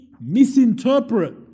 misinterpret